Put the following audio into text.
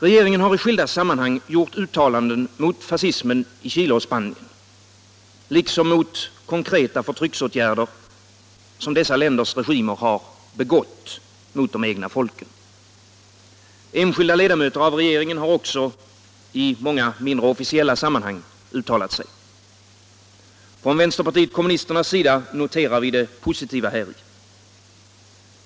Regeringen har i skilda sammanhang gjort uttalanden mot fascismen i Chile och Spanien, liksom mot konkreta förtrycksåtgärder som dessa länders regimer begått mot de egna folken. Enskilda ledamöter av regeringen har också i många, mindre officiella sammanhang uttalat sig. Från vänsterpartiet kommunisternas sida noterar vi det positiva häri.